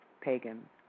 pagan